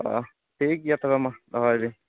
ᱴᱷᱤᱠ ᱜᱮᱭᱟ ᱛᱚᱵᱮ ᱢᱟ ᱫᱚᱦᱚᱭ ᱮᱫᱟᱹᱧ